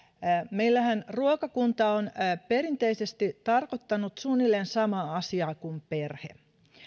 meillähän ruokakunta on perinteisesti tarkoittanut suunnilleen samaa asiaa kuin perhe